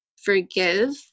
forgive